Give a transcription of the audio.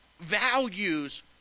values